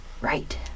Right